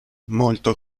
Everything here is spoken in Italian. molto